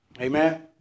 Amen